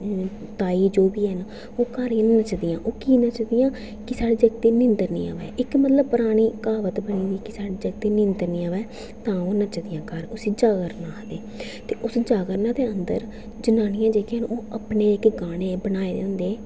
ताई जो बी है'न ओह् आह्नियै नचदियां ओह् की नचदियां कि साढ़े जागतै गी नींदर निं आवै की मतलब परानी क्हावत ऐ कि साढ़े जागतै गी निं आवै तां ओह् नचदियां घर तां उसी जागरना आखदे ते उस जागरना दे अंदर जनानियां जेह्कियां न ओह् अपने इक्क गाने बनाये दे होंदे